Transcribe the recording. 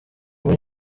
muri